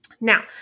Now